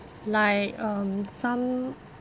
like um some